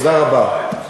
תודה רבה.